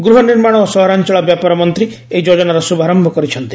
ଗୃହ ନିର୍ମାଣ ଓ ସହରାଂଚଳ ବ୍ୟାପାର ମନ୍ତ୍ରୀ ଏହି ଯୋଜନାର ଶୁଭାରୟ କରିଛନ୍ତି